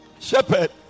shepherd